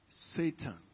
Satan